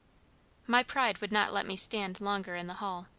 my pride would not let me stand longer in the hall.